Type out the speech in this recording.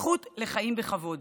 הזכות לחיים ולכבוד.